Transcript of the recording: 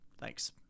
Thanks